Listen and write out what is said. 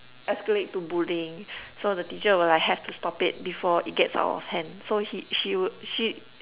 escalate to bullying so the teacher will like have to stop it before it gets out of hand so he she will she